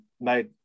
made